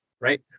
right